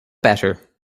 better